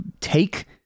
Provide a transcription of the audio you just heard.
take